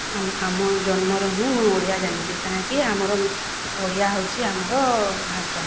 ଆମ ଆମ ଜନ୍ମରୁ ହିଁ ଓଡ଼ିଆ ଜାଣିଛି କାହିଁକି ଆମର ଓଡ଼ିଆ ହେଉଛି ଆମର ଭାଷା